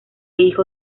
hijo